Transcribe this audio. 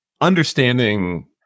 understanding